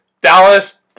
Dallas